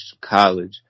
college